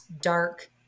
dark